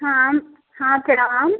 हाँ हाँ प्रणाम